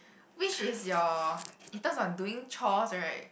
which is your in term of doing chores right